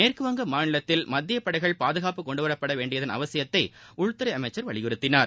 மேற்குவங்க மாநிலத்தில் மத்திய படைகள் பாதுகாப்பு கொண்டுவரப்பட வேண்டியதன் அவசியத்தை உள்துறை அமைச்சர் வலிபுறுத்தினார்